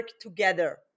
together